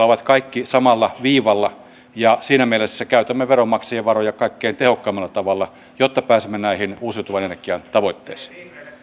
ovat kaikki samalla viivalla ja siinä mielessä käytämme veronmaksajien varoja kaikkein tehokkaimmalla tavalla jotta pääsemme näihin uusiutuvan energian tavoitteisiin